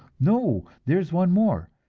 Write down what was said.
no, there is one more.